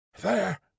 There